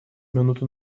минуту